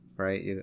right